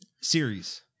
series